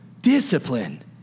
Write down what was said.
Discipline